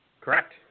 Correct